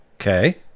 Okay